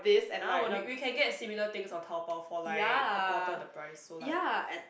like we we can get similar things on Taobao for like a quarter of the price so like